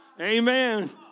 Amen